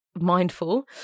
mindful